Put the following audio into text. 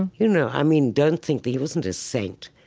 and you know, i mean, don't think that he wasn't a saint.